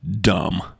dumb